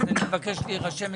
אז אני אבקש להירשם,